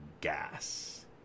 gas